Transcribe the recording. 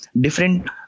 different